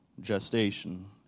gestation